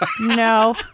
No